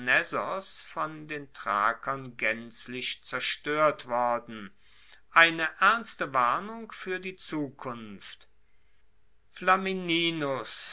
von den thrakern gaenzlich zerstoert worden eine ernste warnung fuer die zukunft flamininus